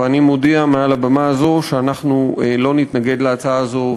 ואני מודיע מעל במה זו שאנחנו לא נתנגד להצעה זו,